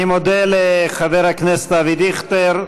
אני מודה לחבר הכנסת אבי דיכטר,